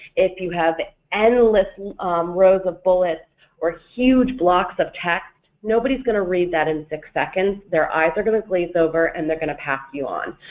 if you have endless and rows of bullets or huge blocks of text, nobody's going to read that in six seconds, their eyes are going to glaze over and they're going to pass you on.